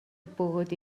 бөгөөд